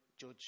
judge